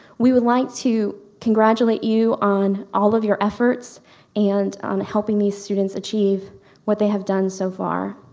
we would like to congratulate you on all of your efforts and on helping these students achieve what they have done so far.